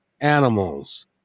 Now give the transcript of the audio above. animals